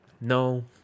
no